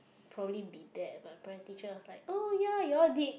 probably be bad but apparently the teacher was like oh ya you'll did